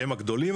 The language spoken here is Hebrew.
שהם הגדולים,